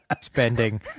spending